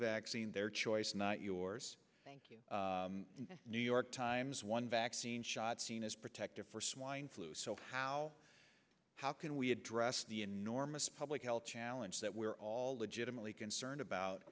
vaccine their choice not yours thank you new york times one vaccine shot seen as protect swine flu so how how can we address the enormous public health challenge that we are all legitimately concerned about